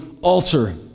altar